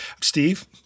Steve